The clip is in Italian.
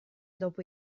dopo